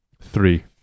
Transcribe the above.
Three